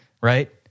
right